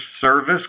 service